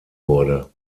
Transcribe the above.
wurde